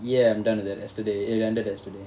ya I'm done with that yesterday it ended yesterday